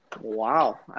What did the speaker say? wow